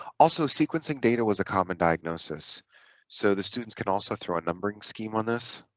also sequencing data was a common diagnosis so the students can also throw a numbering scheme on this